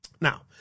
Now